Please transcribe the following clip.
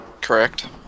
Correct